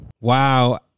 Wow